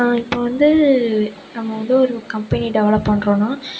இப்போ வந்து நம்ம வந்து ஒரு கம்பெனி டெவலப் பண்ணுறோனா